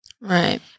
Right